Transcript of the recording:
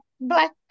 black